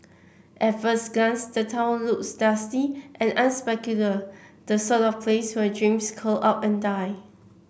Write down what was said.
at first glance the town looks dusty and unspectacular the sort of place where dreams curl up and die